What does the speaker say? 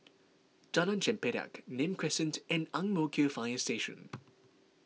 Jalan Chempedak Nim Crescent and Ang Mo Kio Fire Station